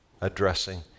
addressing